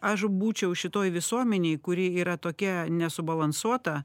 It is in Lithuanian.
aš būčiau šitoj visuomenėj kuri yra tokia nesubalansuota